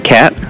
Cat